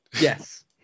Yes